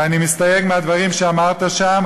ואני מסתייג מהדברים שאמרת שם,